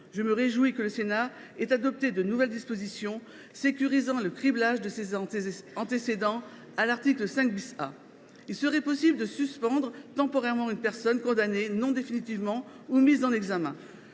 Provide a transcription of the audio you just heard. Je me réjouis que le Sénat ait adopté, à l’article 5 A, de nouvelles dispositions sécurisant le criblage de ces antécédents. Il sera ainsi possible de suspendre temporairement une personne condamnée non définitivement ou mise en examen.